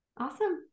Awesome